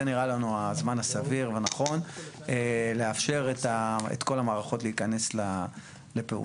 זה נראה לנו הזמן הסביר והנכון לאפשר את כל המערכות להיכנס לפעולה.